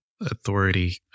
authority